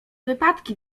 wypadki